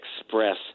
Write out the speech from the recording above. express